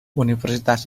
universitas